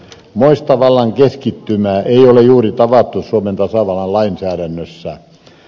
moista vallan keskittymää ei ole juuri tavattu suomen tasavallan lainsäädännössä